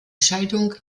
schaltung